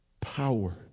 Power